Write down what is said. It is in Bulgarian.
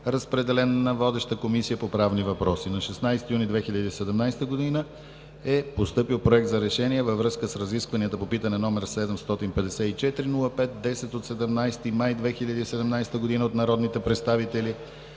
Разпределен е на водещата Комисия по правни въпроси. На 16 юни 2017 г. е постъпил Проект за решение във връзка с разискванията по питане, № 754-05-10, от 17 май 2017 г. от народните представители